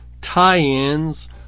tie-ins